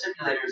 simulators